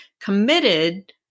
committed